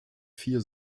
vier